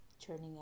turning